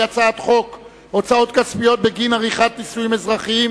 הצעת חוק החזר הוצאות כספיות בגין עריכת נישואין אזרחיים